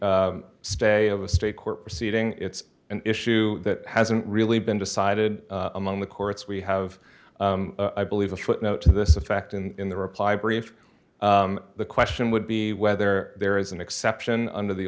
the stay of a state court proceeding it's an issue that hasn't really been decided among the courts we have i believe a footnote to this effect in the reply brief the question would be whether there is an exception under the